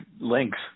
links